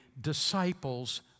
disciples